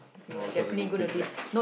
no cause it's a big like